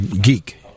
geek